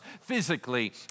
physically